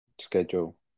schedule